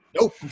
nope